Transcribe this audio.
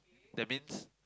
that means